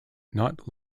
not